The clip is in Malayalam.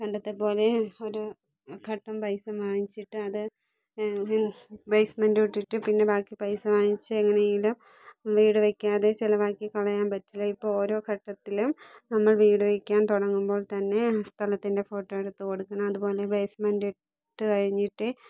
പണ്ടത്തെപ്പോലെ ഒരു ഘട്ടം പൈസ വാങ്ങിച്ചിട്ട് അത് ബേസ്മെന്റ് തൊട്ടിട്ട് പിന്നെ ബാക്കി പൈസ വാങ്ങിച്ച് എങ്ങനെയെങ്കിലും വീട് വെക്കാതെ ചിലവാക്കി കളയാൻ പറ്റില്ല ഇപ്പോൾ ഓരോ ഘട്ടത്തിലും നമ്മൾ വീട് വെക്കാൻ തുടങ്ങുമ്പോൾ തന്നെ സ്ഥലത്തിൻ്റെ ഫോട്ടോ എടുത്ത് കൊടുക്കണം അതുപോലെ ബേസ്മെൻറ്റ് ഇട്ട് കഴിഞ്ഞിട്ട്